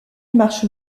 marche